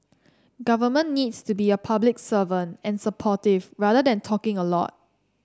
government needs to be a public servant and supportive rather than talking a lot